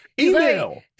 Email